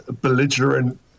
belligerent